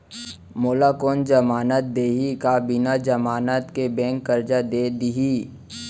मोला कोन जमानत देहि का बिना जमानत के बैंक करजा दे दिही?